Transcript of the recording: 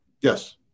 Yes